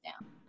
down